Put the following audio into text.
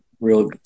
real